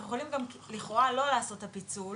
אנחנו יכולים לכאורה לא לעשות את הפיצול